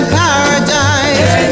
paradise